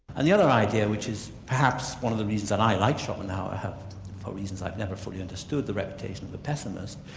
and the other idea which is perhaps one of the reasons that i like schopenhauer for reasons i've never fully understood, the reputation of the pessimist,